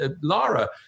Lara